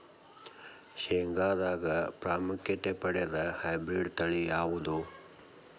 ಶೇಂಗಾದಾಗ ಪ್ರಾಮುಖ್ಯತೆ ಪಡೆದ ಹೈಬ್ರಿಡ್ ತಳಿ ಯಾವುದು?